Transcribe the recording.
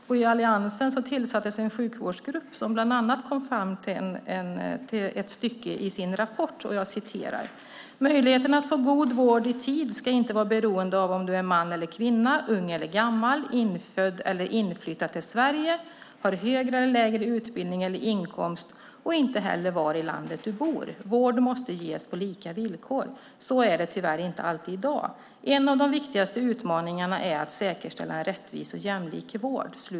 I Alliansen tillsattes en sjukvårdsgrupp som bland annat kom fram till följande i sin rapport: Möjligheterna att få god vård i tid ska inte vara beroende av om du är man eller kvinna, ung eller gammal, infödd eller inflyttad till Sverige, har högre eller lägre utbildning eller inkomst, och inte heller var i landet du bor. Vård måste ges på lika villkor. Så är det tyvärr inte alltid i dag. En av de viktigaste utmaningarna är att säkerställa en rättvis och jämlik vård.